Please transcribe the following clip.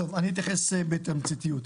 אתייחס בתמציתיות.